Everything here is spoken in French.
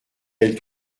elle